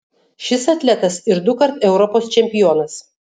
šis atletas ir dukart europos čempionas